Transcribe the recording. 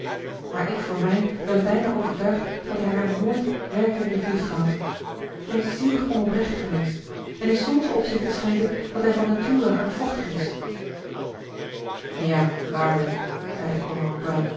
maar ik voor mij ben bijna overtuigd dat hij haar nooit werkelijk heeft liefgehad hij is zeer onoprecht geweest en in sommige opzichten schijnt het dat hij van nature hardvochtig is ja waarlijk